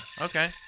okay